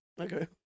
Okay